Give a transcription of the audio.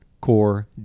core